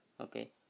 okay